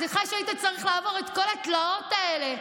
סליחה שהיית צריך לעבור את כל התלאות האלה,